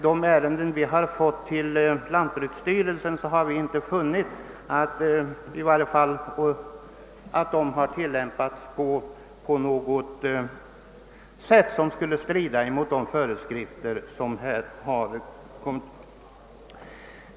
De ärenden som kommit in till lantbruksstyrelsen har — såvitt vi kunnat finna — inte handlagts på ett sätt som står i strid mot de utfärdade föreskrifterna.